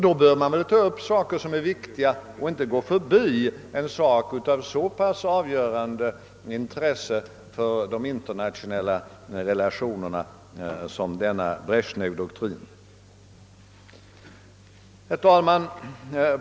Då bör man inte gå förbi något av avgörande intresse för de internationella relationerna som denna Bresjnevdoktrin dock är. Herr talman!